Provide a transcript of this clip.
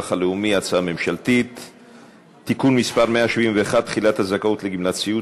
הלאומי (תיקון מס' 171) (תחילת הזכאות לגמלת סיעוד),